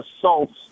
assaults